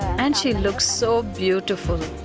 and she looks so beautiful.